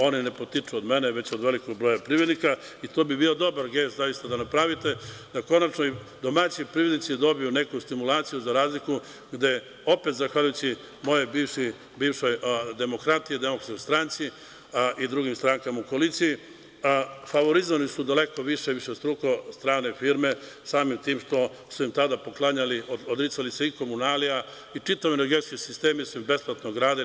Oni ne potiču od mene već od velikog broja privrednika i to bi bio dobar gest zaista da napravite, da konačno i domaći privrednici dobiju neku stimulaciju za razliku gde opet zahvaljujuću mojoj bivšoj demokratiji, DS i drugim strankama u koaliciji, favorizovani su daleko više, višestruko, strane firme, samim tim što su im tada poklanjali i odricali se i komunalija i čitavi energetski sistemi su besplatno gradili.